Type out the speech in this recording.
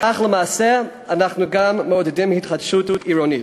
כך למעשה אנחנו גם מעודדים התחדשות עירונית.